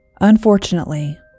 unfortunately